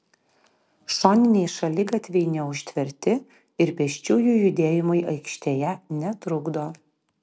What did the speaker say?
šoniniai šaligatviai neužtverti ir pėsčiųjų judėjimui aikštėje netrukdo